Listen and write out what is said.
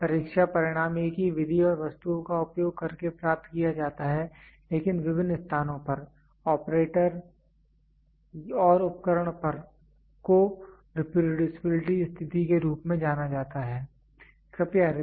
जब परीक्षा परिणाम एक ही विधि और वस्तुओं का उपयोग करके प्राप्त किया जाता है लेकिन विभिन्न स्थानों पर ऑपरेटर और उपकरण पर को रेप्रोड्यूसिबिलिटी स्थिति के रूप में जाना जाता है